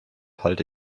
halte